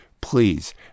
Please